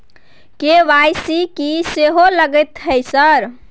KYC की सेहो लगतै है सर?